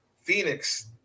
Phoenix